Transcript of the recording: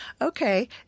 Okay